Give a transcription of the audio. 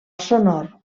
sonor